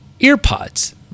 earpods